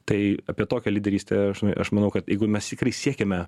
tai apie tokią lyderystę aš aš manau kad jeigu mes tikrai siekiame